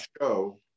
show